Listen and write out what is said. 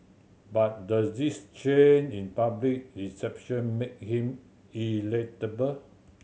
but does this change in public reception make him electable